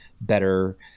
better